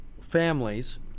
families